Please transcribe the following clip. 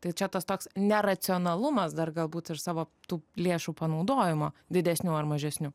tai čia tas toks neracionalumas dar galbūt ir savo tų lėšų panaudojimo didesnių ar mažesnių